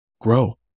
grow